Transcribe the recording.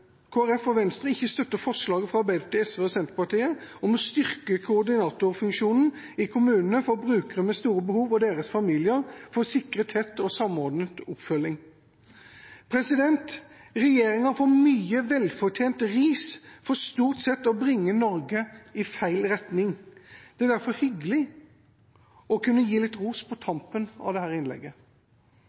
Folkeparti og Venstre ikke støtter forslaget fra Arbeiderpartiet, SV og Senterpartiet om å styrke koordinatorfunksjonene i kommunene for brukere med store behov og deres familier for å sikre tett og samordnet oppfølging. Regjeringa får mye velfortjent ris for stort sett å bringe Norge i feil retning. Det er derfor hyggelig å kunne gi litt ros på tampen av dette innlegget. Arbeiderpartiet støtter en del av det